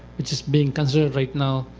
which is being considered right now,